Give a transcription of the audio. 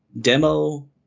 demo